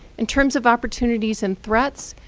in terms of opportunities and threats,